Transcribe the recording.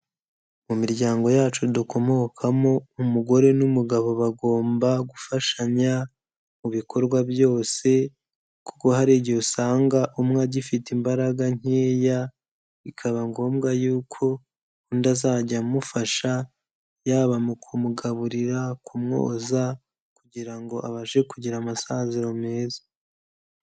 Mu miryango yacu dukomokamo umugore n'umugabo bagomba gufashanya mu bikorwa byose kuko hari igihe usanga umwe agifite imbaraga nkeya, bikaba ngombwa yuko undi azajya amufasha, yaba mu kumugaburira, kumwoza kugira ngo abashe kugira amasaziro meza.